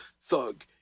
Thug